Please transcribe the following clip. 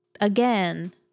again